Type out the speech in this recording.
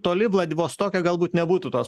toli vladivostoke galbūt nebūtų tos